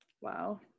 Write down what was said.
Wow